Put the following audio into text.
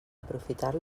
aprofitar